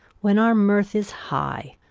when our mirth is high,